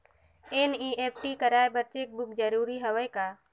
NEFT कराय बर cheque book जरूरी हवय का?